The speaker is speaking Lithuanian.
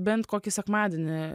bent kokį sekmadienį